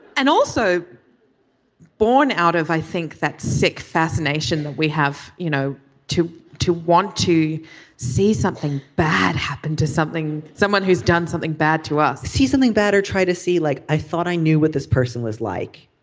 and also born out of i think that sick fascination that we have you know to to want to see something bad happen to something someone who's done something bad to us see something bad or try to see like i thought i knew what this person was like.